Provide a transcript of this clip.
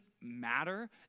matter